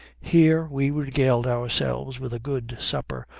here we regaled ourselves with a good supper,